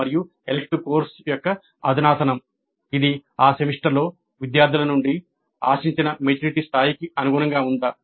మరియు elective course యొక్క అధునాతనం ఇది ఆ సెమిస్టర్లో విద్యార్థుల నుండి ఆశించిన మెచ్యూరిటీ స్థాయికి అనుగుణంగా ఉందా